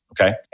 okay